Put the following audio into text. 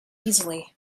easily